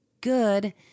good